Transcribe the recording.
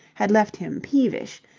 had left him peevish,